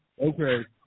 Okay